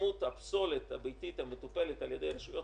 כמות הפסולת הביתית המטופלת על ידי רשויות